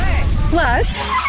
Plus